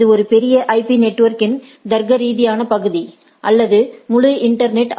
இது ஒரு பெரிய ஐபி நெட்வொர்க்கின் தர்க்கரீதியான பகுதி அல்லது முழு இன்டர்நெட்